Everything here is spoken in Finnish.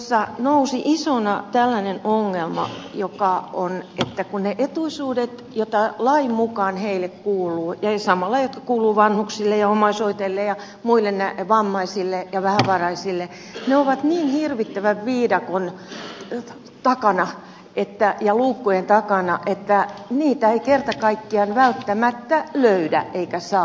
jossa nousi isona tällainen ongelma että kun ne etuisuudet jotka lain mukaan heille kuuluvat ja samalla jotka kuuluvat vanhuksille ja omaishoitajille ja vammaisille ja vähävaraisille ovat niin hirvittävän viidakon takana ja luukkujen takana että niitä ei kerta kaikkiaan välttämättä löydä eikä saa